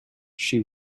she